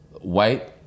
White